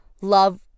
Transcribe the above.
love